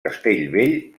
castellvell